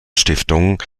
stiftung